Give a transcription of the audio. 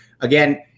Again